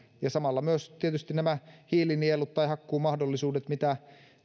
ja samalla myös tietysti nämä hiilinielut tai hakkuumahdollisuudet mitä